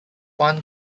one